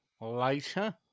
later